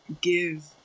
give